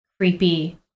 creepy